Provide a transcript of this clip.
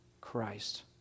Christ